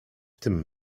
tym